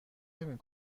نمی